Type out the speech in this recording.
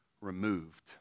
removed